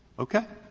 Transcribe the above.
okay?